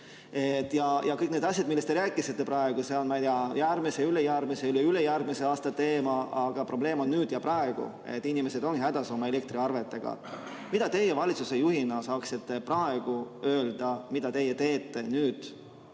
Kõik need asjad, millest te rääkisite praegu, on järgmise, ülejärgmise ja üleülejärgmise aasta teema, aga probleem on nüüd ja praegu. Inimesed on oma elektriarvetega hädas. Mida teie valitsusjuhina saaksite praegu öelda, mida te teete nüüd